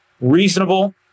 reasonable